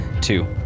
Two